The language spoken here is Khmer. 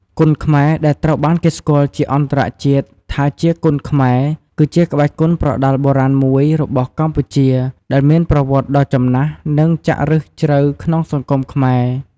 គុនខ្មែរ ដែលត្រូវបានគេស្គាល់ជាអន្តរជាតិថាជា Kun Khmer គឺជាក្បាច់គុនប្រដាល់បុរាណមួយរបស់កម្ពុជា ដែលមានប្រវត្តិដ៏ចំណាស់និងចាក់ឫសជ្រៅក្នុងសង្គមខ្មែរ។